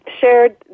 shared